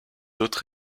autres